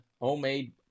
homemade